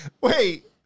wait